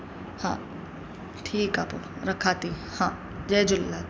हा ठीकु आहे पोइ रखां थी हा जय झूलेलाल